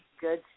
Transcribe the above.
good